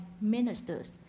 ministers